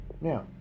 Now